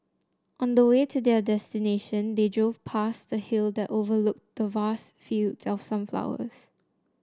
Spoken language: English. on the way to their destination they drove past a hill that overlooked the vast fields of sunflowers